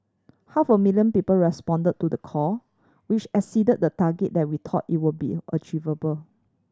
half a million people responded to the call which exceeded the target that we thought it would be achievable